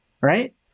right